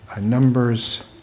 Numbers